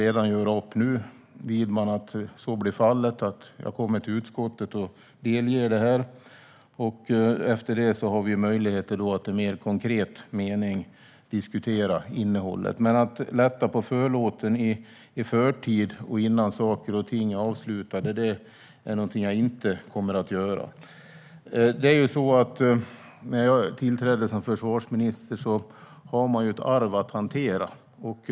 Vi kan göra upp redan nu, Widman, om att jag kommer till utskottet och delger detta. Efter det har vi möjlighet att diskutera innehållet mer konkret. Men jag kommer inte att lätta på förlåten i förtid, innan saker och ting är avslutade. När man tillträder som försvarsminister har man ett arv att hantera.